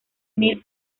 mil